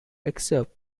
excerpt